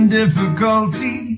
difficulty